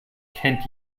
kennt